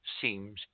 seems